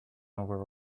over